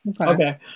Okay